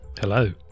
Hello